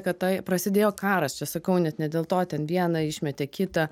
kad tai prasidėjo karas čia sakau net ne dėl to ten vieną išmetė kitą